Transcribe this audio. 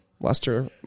Lester